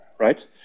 right